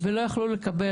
ולא יכלו לקבל,